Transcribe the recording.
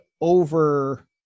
over